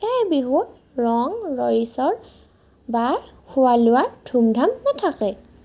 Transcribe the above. এই বিহুত ৰং ৰহইচৰ বা খোৱা লোৱাৰ ধুম ধাম নাথাকে